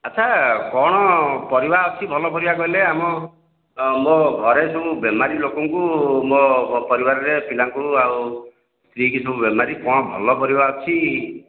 ଆଚ୍ଛା କ'ଣ ପରିବା ଅଛି ଭଲ ପରିବା କହିଲେ ଆମ ମୋ ଘରେ ସବୁ ବେମାରି ଲୋକଙ୍କୁ ମୋ ପରିବାରରେ ପିଲାଙ୍କୁ ଆଉ ସ୍ତ୍ରୀକି ସବୁ ବେମାରି କ'ଣ ଭଲ ପରିବା ଅଛି